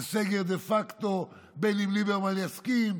זה סגר דה פקטו בין שליברמן יסכים,